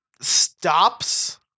stops